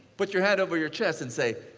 put your hand over your chest and say,